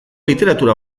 literatura